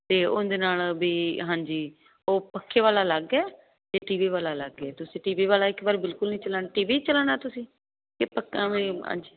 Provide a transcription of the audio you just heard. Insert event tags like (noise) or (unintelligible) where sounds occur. ਤੇ ਉਸਦੇ ਨਾਲ ਵੀ ਹਾਂਜੀ ਉਹ ਪੱਖੇ ਵਾਲਾ ਅਲੱਗ ਐ ਤੇ ਟੀਵੀ ਵਾਲਾ ਅਲੱਗ ਐ ਤੁਸੀਂ ਟੀਵੀ ਵਾਲਾ ਇੱਕ ਵਾਰ ਬਿਲਕੁਲ ਨਹੀਂ ਚਲਾਣਾ ਟੀਵੀ ਚਲਾਣਾ ਤੁਸੀਂ ਯਾ (unintelligible)